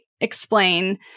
explain